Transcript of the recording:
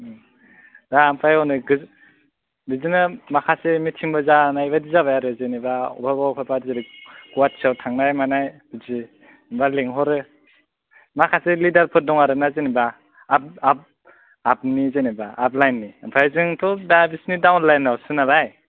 दा ओमफाय हनै बिदिनो माखासे मिथिंबो जानाय बायदिबो जाबाय आरो जेनोबा अहायबा अहायबा जेरै गुवाहाटीयाव थांनाय मानाय बिदि दा लिंहरो माखासे लिदारफोर दङ आरोना जेनोबा आब आब आबनि जेनोबा आब लायेननि ओमफाय जोंथ' दा बिसिनि दाउन लायेनावसो नालाय